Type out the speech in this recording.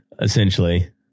essentially